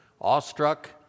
Awestruck